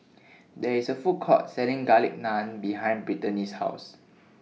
There IS A Food Court Selling Garlic Naan behind Brittany's House